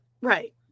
Right